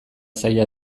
zaila